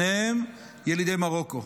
שניהם ילידי מרוקו,